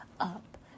up